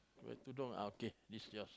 wear tudung ah okay this yours